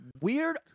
weird